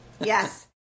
Yes